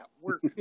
work